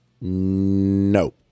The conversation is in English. No